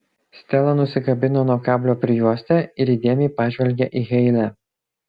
stela nusikabino nuo kablio prijuostę ir įdėmiai pažvelgė į heile